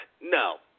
no